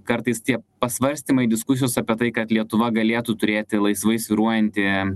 kartais tie pasvarstymai diskusijos apie tai kad lietuva galėtų turėti laisvai svyruojantį